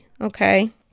okay